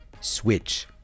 switch